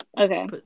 Okay